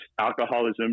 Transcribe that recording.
alcoholism